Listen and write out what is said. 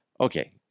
Okay